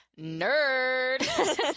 nerd